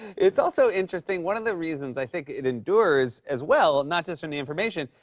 it's also interesting, one of the reasons i think it endures as well, not just from the information,